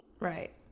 right